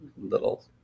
little